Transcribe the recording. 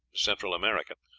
central america,